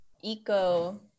eco